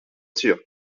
sûr